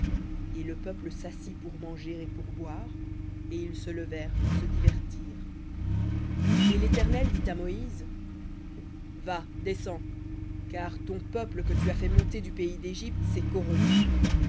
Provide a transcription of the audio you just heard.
et le peuple s'assit pour manger et pour boire et ils se levèrent pour se divertir v litt v et léternel dit à moïse va descends car ton peuple que tu as fait monter du pays d'égypte s'est corrompu